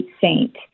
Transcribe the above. Saint